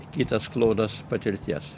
kitas klodas patirties